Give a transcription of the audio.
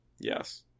Yes